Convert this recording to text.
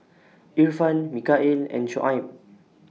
Irfan Mikhail and Shoaib